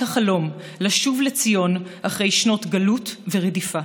החלום לשוב לציון אחרי שנות גלות ורדיפה.